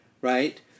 Right